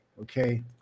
Okay